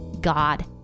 God